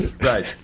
Right